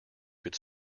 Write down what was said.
could